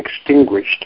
extinguished